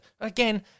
Again